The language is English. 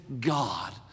God